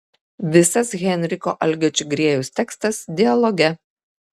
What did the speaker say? visas henriko algio čigriejaus tekstas dialoge